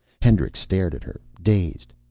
hendricks stared at her, dazed.